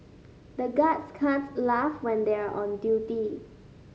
the guards can't laugh when they are on duty